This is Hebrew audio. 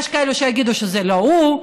יש כאלו שיגידו שזה לא הוא,